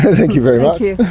thank you very much.